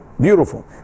Beautiful